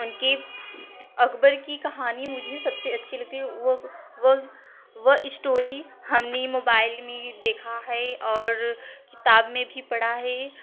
उनकी अकबर की कहानी मुझे सबसे अच्छी लगती है वो वो वो स्टोरी हमनी मोबाइल में ही देखा है और किताब मे भी पढ़ा है